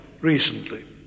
recently